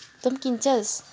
तँ पनि किन्छस्